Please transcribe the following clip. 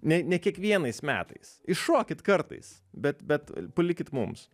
ne ne kiekvienais metais iššokit kartais bet bet palikit mums